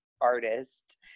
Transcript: artist